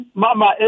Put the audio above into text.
mama